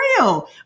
real